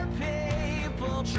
people